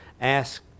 ask